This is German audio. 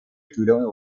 stühle